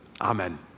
Amen